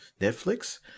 Netflix